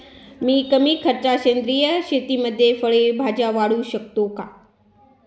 मी कमी खर्चात सेंद्रिय शेतीमध्ये फळे भाज्या वाढवू शकतो का?